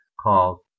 called